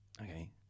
Okay